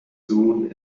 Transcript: soon